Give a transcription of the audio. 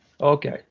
Okay